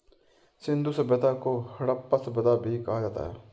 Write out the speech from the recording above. सिंधु सभ्यता को हड़प्पा सभ्यता भी कहा जाता है